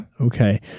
Okay